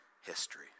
history